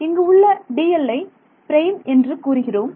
இங்கு உள்ள dl ஐ பிரைம் என்று கூறுகிறோம்